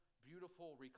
beautiful